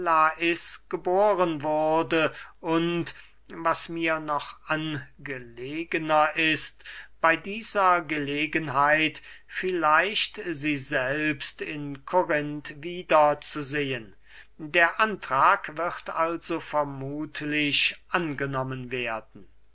geboren wurde und was mir noch angelegner ist bey dieser gelegenheit vielleicht sie selbst in korinth wieder zu sehen der antrag wird also vermuthlich angenommen werden